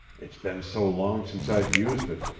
it's been so long since i've used it,